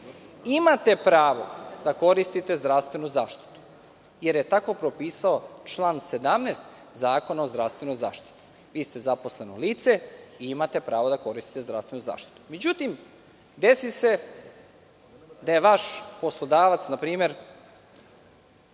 imate pravo da koristite zdravstvenu zaštitu jer je tako propisao član 17. Zakona o zdravstvenoj zaštiti - vi ste zaposleno lice i imate pravo da koristite zdravstvenu zaštitu. Međutim, desi da je vaš poslodavac, na primer,